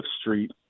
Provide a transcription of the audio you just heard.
Street